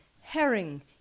herring